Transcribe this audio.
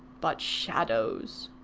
but shadows.